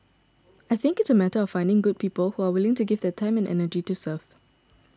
I think it's a matter of finding good people who are willing to give their time and energy to serve